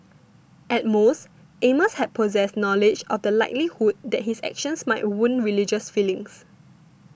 at most Amos had possessed knowledge of the likelihood that his actions might wound religious feelings